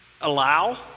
Allow